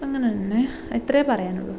അങ്ങനെതന്നെ ഇത്രയേ പറയാനുള്ളൂ